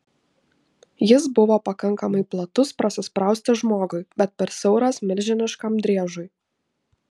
jis buvo pakankamai platus prasisprausti žmogui bet per siauras milžiniškam driežui